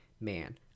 man